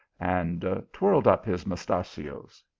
and twirled up his mustachios.